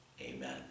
amen